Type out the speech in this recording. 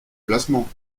placement